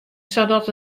sadat